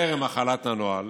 טרם החלת הנוהל,